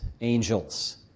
angels